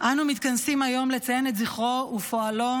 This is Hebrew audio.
אנו מתכנסים היום לציין את זכרו ופועלו